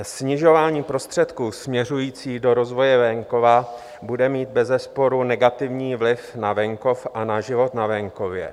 Snižování prostředků směřující do rozvoje venkova bude mít bezesporu negativní vliv na venkov a na život na venkově.